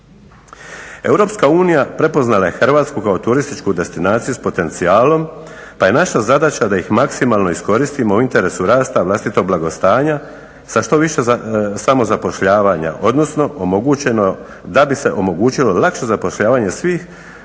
Europska unija prepoznala je Hrvatsku kao turističku destinaciju sa potencijalom pa je naša zadaća da ih maksimalno iskoristimo u interesu rasta vlastitog blagostanja sa što više samozapošljavanja odnosno omogućeno da bi se omogućilo lakše zapošljavanje svih